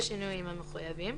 בשינויים המחייבים.